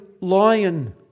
lion